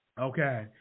Okay